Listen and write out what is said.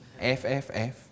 FFF